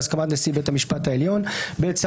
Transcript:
בהסכמת נשיא בית המשפט העליון; (ב)שר